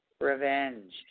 revenge